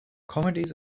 comedies